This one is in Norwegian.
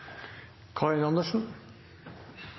Karin Andersen